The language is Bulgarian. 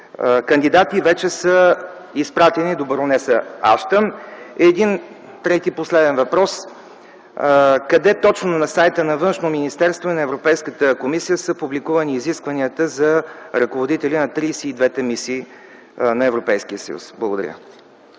кандидати вече са изпратени до баронеса Аштън? И трети, последен въпрос: къде точно на сайта на Външно министерство на Европейската комисия са публикувани изискванията за ръководители на 32-те мисии на Европейския съюз? Благодаря.